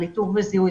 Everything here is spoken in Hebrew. על איתור וזיהוי,